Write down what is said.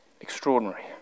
extraordinary